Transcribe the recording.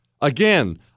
again